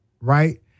right